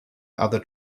other